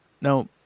Now